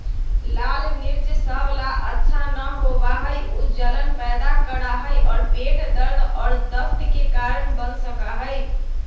लाल मिर्च सब ला अच्छा न होबा हई ऊ जलन पैदा करा हई और पेट दर्द और दस्त के कारण बन सका हई